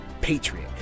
patriot